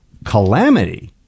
calamity